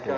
kyllä